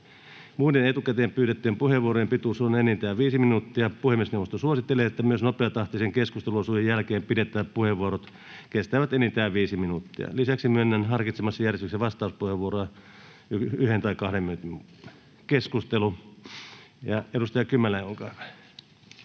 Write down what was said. Muiden etukäteen pyydettyjen puheenvuorojen pituus on enintään 5 minuuttia. Puhemiesneuvosto suosittelee, että myös nopeatahtisen keskusteluosuuden jälkeen pidettävät puheenvuorot kestävät enintään 5 minuuttia. Lisäksi myönnän harkitsemassani järjestyksessä 1 tai 2 minuutin vastauspuheenvuoroja. — Edustaja Kymäläinen, olkaa